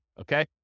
okay